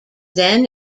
then